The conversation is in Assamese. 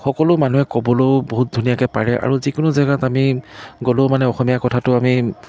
সকলো মানুহে ক'বলৈও বহুত ধুনীয়াকৈ পাৰে আৰু যিকোনো জেগাত আমি গ'লেও মানে আমি অসমীয়া কথাটো আমি